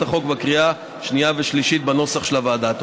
החוק בקריאה שנייה ושלישית בנוסח של הוועדה.